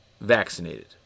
vaccinated